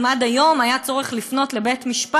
אם עד היום היה צורך לפנות לבית-משפט,